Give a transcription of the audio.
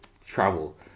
travel